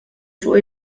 fuq